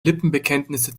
lippenbekenntnisse